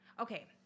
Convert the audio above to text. okay